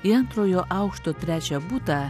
į antrojo aukšto trečią butą